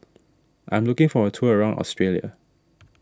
I am looking for a tour around Australia